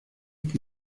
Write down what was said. que